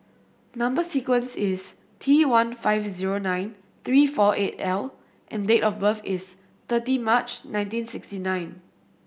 number sequence is T one five zero nine three four eight L and date of birth is thirty March nineteen sixty nine